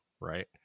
right